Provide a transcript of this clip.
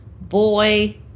Boy